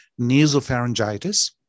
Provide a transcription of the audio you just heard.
nasopharyngitis